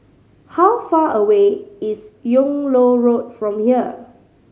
how far away is Yung Loh Road from here